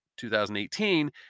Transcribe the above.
2018